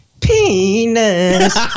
Penis